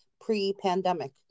pre-pandemic